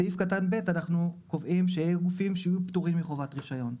בסעיף קטן ב' אנחנו קובעים שיהיו גופים שיהיו פטורים מחובת הרישיון.